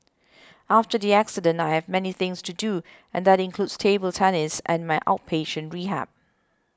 after the accident I have many things to do and that includes table tennis and my outpatient rehab